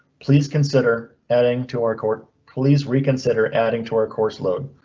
please consider adding to our core police. reconsider adding to our course load.